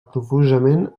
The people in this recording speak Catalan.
profusament